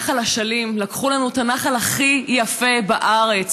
נחל אשלים, לקחו לנו את הנחל הכי יפה בארץ.